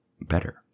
better